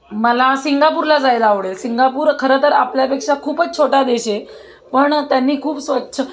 मला सिंगापूरला जायला आवडेल सिंगापूर खरंतर आपल्यापेक्षा खूपच छोटा देश आहे पण त्यांनी खूप स्वच्छ